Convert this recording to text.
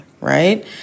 right